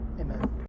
Amen